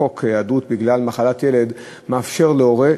יריב לוין,